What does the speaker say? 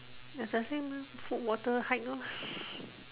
as I say mah food water hike lor